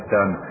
done